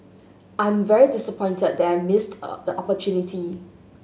I'm very disappointed that missed a the opportunity